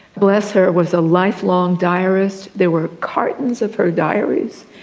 bless her, was a lifelong diarist. there were cartons of her diaries.